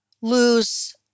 lose